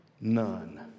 None